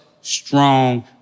strong